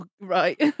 Right